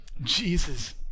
Jesus